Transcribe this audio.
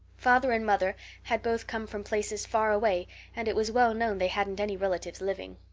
father and mother had both come from places far away and it was well known they hadn't any relatives living.